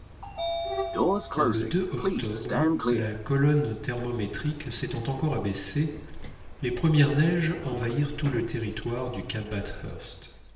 le octobre la colonne thermométrique s'étant encore abaissée les premières neiges envahirent tout le territoire du